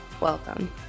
Welcome